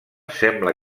sembla